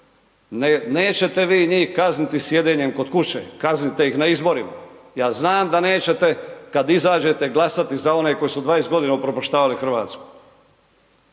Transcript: Nećete vi njih kazniti sjedenjem kod kuće, kaznit te ih na izborima. Ja znam da nećete kad izađete glasati za one koji su 20 g. upropaštavali Hrvatsku.